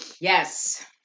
Yes